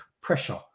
pressure